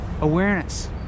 awareness